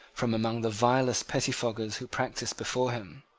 from among the vilest pettifoggers who practiced before him.